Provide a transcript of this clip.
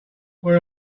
where